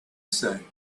say